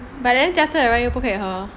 but then jia zhen and ryan 不可以喝